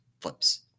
flips